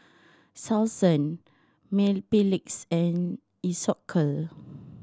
Selsun Mepilex and Isocal